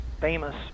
famous